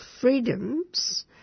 freedoms